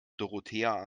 dorothea